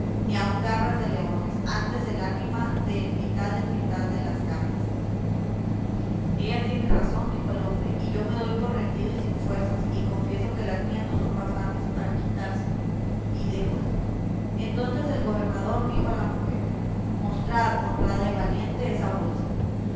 ni aun garras de leones antes el ánima de en mitad en mitad de las carnes ella tiene razón dijo el hombre y yo me doy por rendido y sin fuerzas y confieso que las mías no son bastantes para quitársela y déjola entonces el gobernador dijo a la mujer mostrad honrada y valiente esa bolsa